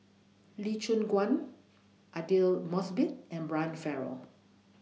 Lee Choon Guan Aidli Mosbit and Brian Farrell